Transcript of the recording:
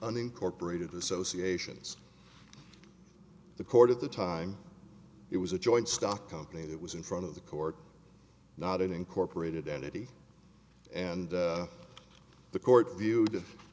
unincorporated association the court at the time it was a joint stock company that was in front of the court not an incorporated entity and the court view